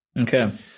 Okay